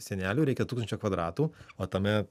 senelių reikia tūkstančio kvadratų o tame